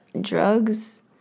drugs